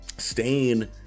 stain